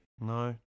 No